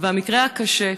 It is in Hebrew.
והמקרה הקשה,